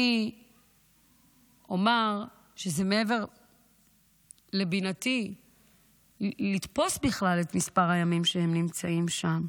אני אומר שזה מעבר לבינתי לתפוס בכלל את מספר הימים שהם נמצאים שם,